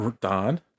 Don